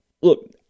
Look